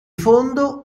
fondo